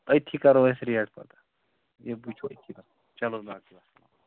أتھی کَرو أسۍ ریٹ پتہٕ چلو باقی وسلام